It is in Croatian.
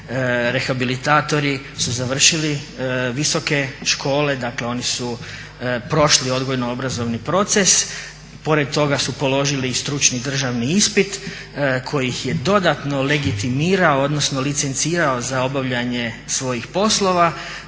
rehabilitatori su završili visoke škole, dakle oni su prošli odgojno obrazovni proces, pored toga su položili i stručni državni ispit koji ih je dodatno legitimirao odnosno licencirao za obavljanje svojih poslova.